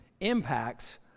impacts